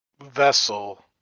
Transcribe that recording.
Vessel